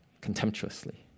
contemptuously